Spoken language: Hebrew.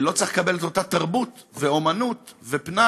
לא צריך לקבל את אותם תרבות ואומנות ופנאי?